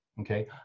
Okay